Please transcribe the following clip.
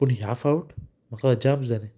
पूण ह्या फावट म्हाका अजाप जालें